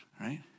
right